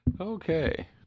Okay